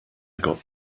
got